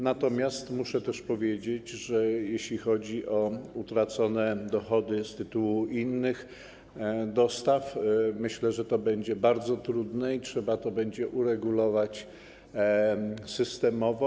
Natomiast muszę też powiedzieć, że jeśli chodzi o utracone dochody z tytułu innych dostaw, to myślę, że to będzie bardzo trudne i trzeba to będzie uregulować systemowo.